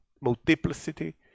multiplicity